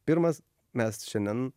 pirmas mes šiandien